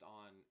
on